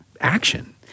action